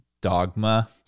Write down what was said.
dogma